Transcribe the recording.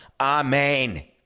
Amen